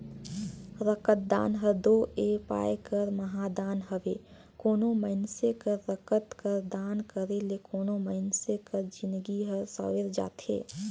रकतदान हर दो ए पाए कर महादान हवे कोनो मइनसे कर रकत कर दान करे ले कोनो मइनसे कर जिनगी हर संवेर जाथे